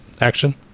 action